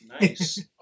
Nice